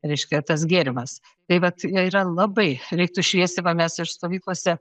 reiškia tas gėrimas tai vat ir yra labai reiktų šviesti va mes ir stovyklose